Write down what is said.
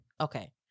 Okay